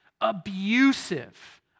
abusive